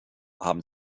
haben